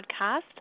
podcast